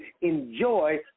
enjoy